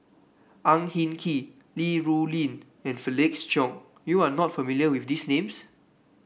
Ang Hin Kee Li Rulin and Felix Cheong you are not familiar with these names